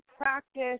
practice